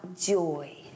joy